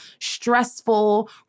stressful